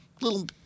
little